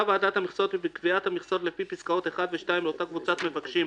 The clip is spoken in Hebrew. ועדת המכסות כי בקביעת מכסות לפי פסקאות (1) ו-(2) לאותה קבוצת מבקשים,